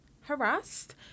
harassed